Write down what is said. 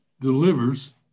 delivers